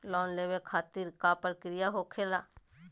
Loan लेवे खातिर का का प्रक्रिया होखेला?